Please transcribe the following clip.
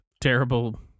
terrible